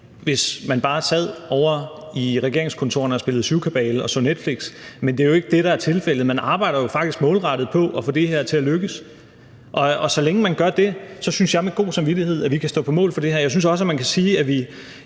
hvis man bare sad ovre i regeringskontorerne og lagde syvkabale og så Netflix, men det er jo ikke det, der er tilfældet. Man arbejder faktisk målrettet på at få det her til at lykkes, og så længe man gør det, synes jeg, at vi med god samvittighed kan stå på mål for det her. Jeg synes også, at man kan sige, at vi